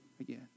again